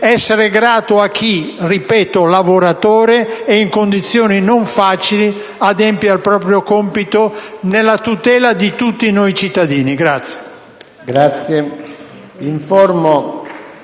essere grato a chi, ripeto, lavoratore e in condizioni non facili, adempie al proprio compito per la tutela di tutti noi cittadini.